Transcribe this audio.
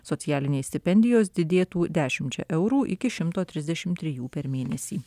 socialinės stipendijos didėtų dešimčia eurų iki šimto trisdešimt trijų per mėnesį